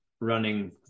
running